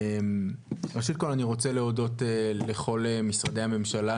ראשית כל אני רוצה להודות לכל משרדי הממשלה,